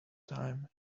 time